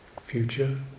Future